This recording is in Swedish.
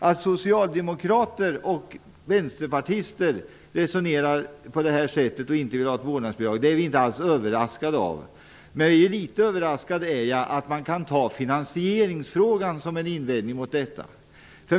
Att socialdemokrater och vänsterpartister resonerar som de gör är vi inte alls överraskade av, men litet överraskad är jag ändå över att de kan ta finansieringsfrågan som en invändning.